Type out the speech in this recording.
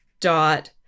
dot